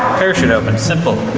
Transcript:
parachutes opens. simple,